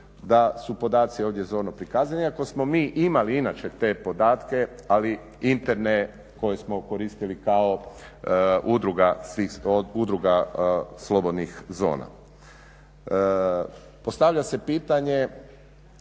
da su podaci ovdje zorno prikazani iako smo mi imali inače te podatke ali interne koje smo koristili kao udruga slobodnih zona. Postavlja se pitanje